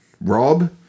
Rob